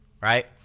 right